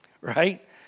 Right